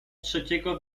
trzeciego